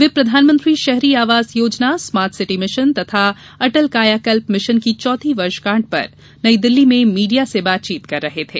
वे प्रधानमंत्री शहरी आवास योजना स्मार्ट सिटी मिशन तथा अटल कायाकल्प मिशन की चौथी वर्षगांठ पर नई दिल्ली में मीडिया से बातचीत कर रहे थे